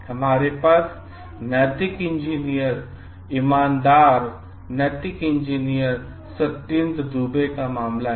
हमारे पास नैतिक इंजीनियर ईमानदार नैतिक इंजीनियर सत्येंद्र दुबे जैसा मामला है